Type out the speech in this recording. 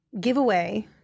Giveaway